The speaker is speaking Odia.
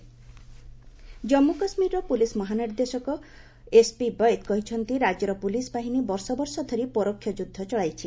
ଜେକେ ଡିଜିପି ଜାମ୍ମୁ କାଶ୍ମୀରର ପୁଲିସ୍ ମହାନିର୍ଦ୍ଦେଶ ଏସ୍ପି ବୈଦ୍ୟ କହିଛନ୍ତି ରାଜ୍ୟର ପୁଲିସ୍ ବାହିନୀ ବର୍ଷବର୍ଷ ଧରି ପରୋକ୍ଷ ଯୁଦ୍ଧ ଚଳାଇଛି